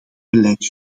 beleid